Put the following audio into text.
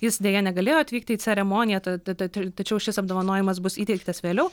jis deja negalėjo atvykti į ceremoniją ta tata tačiau šis apdovanojimas bus įteiktas vėliau